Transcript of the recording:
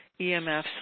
EMFs